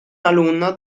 alunno